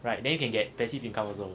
right then you can get passive income also